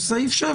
סעיף (7),